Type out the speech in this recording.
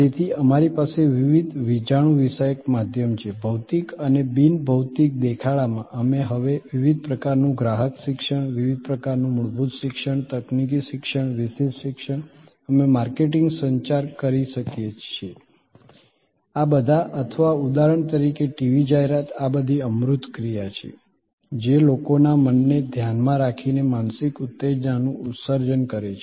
તેથી અમારી પાસે વિવિધ વિજાણુવિષયક માધ્યમ છે ભૌતિક અને બિન ભૌતિક દેખાડામાં અમે હવે વિવિધ પ્રકારનું ગ્રાહક શિક્ષણ વિવિધ પ્રકારનું મૂળભૂત શિક્ષણ તકનીકી શિક્ષણ વિશિષ્ટ શિક્ષણ અમે માર્કેટિંગ સંચાર કરી શકીએ છીએ આ બધા અથવા ઉદાહરણ તરીકે ટીવી જાહેરાત આ બધી અમૂર્ત ક્રિયા છે જે લોકોના મનને ધ્યાનમાં રાખીને માનસિક ઉત્તેજનાનું સર્જન કરે છે